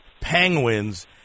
Penguins